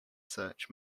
search